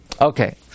Okay